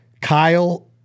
Kyle